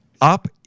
Up